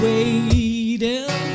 Waiting